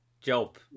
job